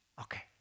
Okay